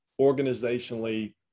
organizationally